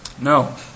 No